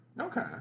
Okay